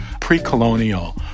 pre-colonial